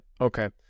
Okay